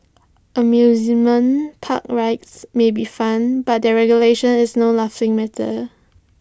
amusement park rides may be fun but their regulation is no laughing matter